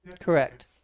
Correct